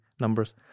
numbers